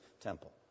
temple